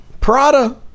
Prada